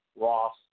Ross